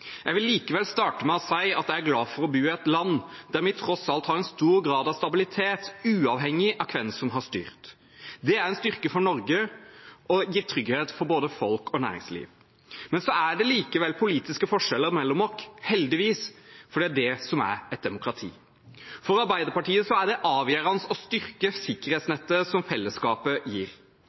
Jeg vil likevel starte med å si at jeg er glad for å bo i et land der vi tross alt har en stor grad av stabilitet, uavhengig av hvem som har styrt. Det er en styrke for Norge og gir trygghet for både folk og næringsliv. Men så er det likevel politiske forskjeller mellom oss – heldigvis, for det er det som er et demokrati. For Arbeiderpartiet er det avgjørende å styrke sikkerhetsnettet som fellesskapet gir.